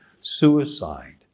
suicide